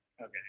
Okay